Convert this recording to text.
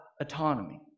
autonomy